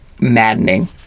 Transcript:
maddening